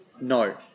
No